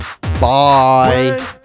Bye